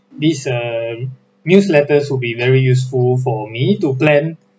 these err newsletters would be very useful for me to plan